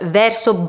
verso